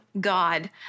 God